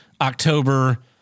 October